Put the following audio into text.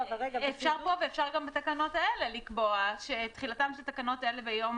אפשר פה ואפשר גם בתקנות האלה לקבוע שתחילתן של תקנות אלה ביום